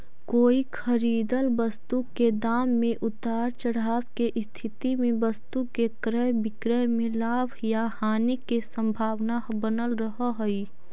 कोई खरीदल वस्तु के दाम में उतार चढ़ाव के स्थिति में वस्तु के क्रय विक्रय में लाभ या हानि के संभावना बनल रहऽ हई